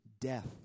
death